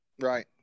Right